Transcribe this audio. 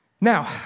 Now